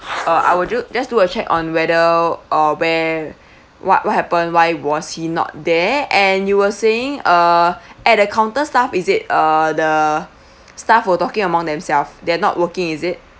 uh I will do just do a check on whether or where what what happen why was he not there and you were saying err at the counter staff is it err the staff were talking among themself they are not working is it